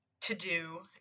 to-do